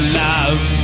love